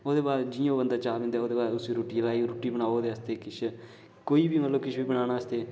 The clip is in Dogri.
ओह्दे बाद जि'यां बंदा ओह् चाह् पींदा ते उसी रुट्टी लेई रुट्टी बनाओ उदे आस्तै किश कोई बी मतलब किश बी बनाना आस्तै